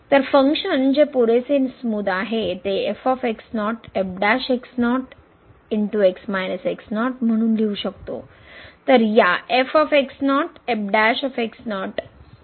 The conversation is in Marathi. तर फंक्शन जे पुरेसे स्मूद आहे ते म्हणून लिहू शकतो